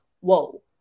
whoa